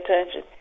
attention